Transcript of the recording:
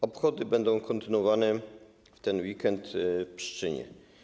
Obchody będą kontynuowane w ten weekend w Pszczynie.